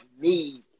need